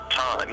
time